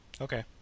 Okay